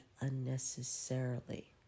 unnecessarily